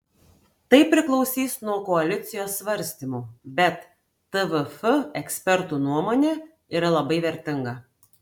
tai priklausys nuo koalicijos svarstymų bet tvf ekspertų nuomonė yra labai vertinga